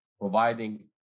providing